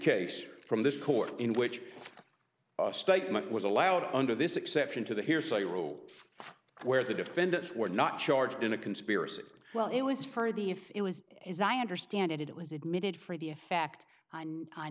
case from this court in which statement was allowed under this exception to the hearsay rule where the defendants were not charged in a conspiracy well it was for the if it was is i understand it it was admitted for the effect on